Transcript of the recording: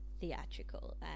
theatrical